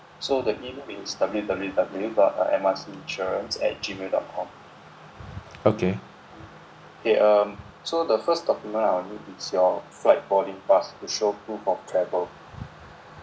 okay